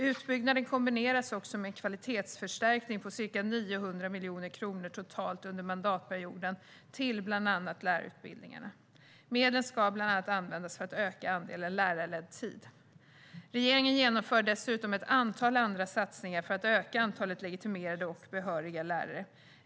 Utbyggnaden kombineras också med en kvalitetsförstärkning på ca 900 miljoner kronor totalt under mandatperioden till bland annat lärarutbildningarna. Medlen ska bland annat användas för att öka andelen lärarledd tid. Regeringen genomför dessutom ett antal andra satsningar för att öka antalet legitimerade och behöriga lärare.